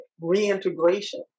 reintegration